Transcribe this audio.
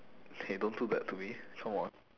[hey] don't do that to me come on